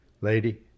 lady